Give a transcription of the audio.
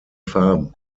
farben